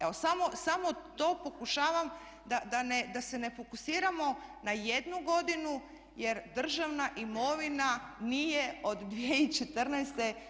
Evo samo to pokušavam da se ne fokusiramo na jednu godinu, jer državna imovina nije od 2014.